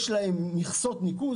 יש להן מכסות ניקוז.